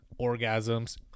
orgasms